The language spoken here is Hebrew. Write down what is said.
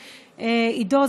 עידו,